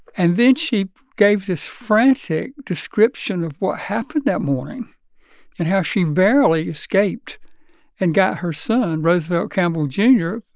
and then she gave this frantic description of what happened that morning and how she barely escaped and got her son, roosevelt campbell jr,